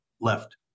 left